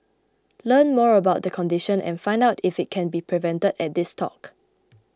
learn more about the condition and find out if it can be prevented at this talk